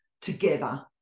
together